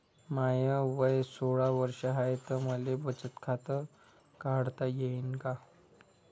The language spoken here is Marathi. माय वय सोळा वर्ष हाय त मले बचत खात काढता येईन का?